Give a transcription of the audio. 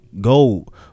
gold